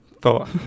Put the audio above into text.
thought